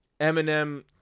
Eminem